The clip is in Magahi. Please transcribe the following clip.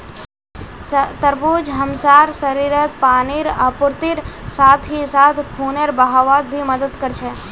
तरबूज हमसार शरीरत पानीर आपूर्तिर साथ ही साथ खूनेर बहावत भी मदद कर छे